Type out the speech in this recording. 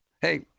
Hey